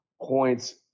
points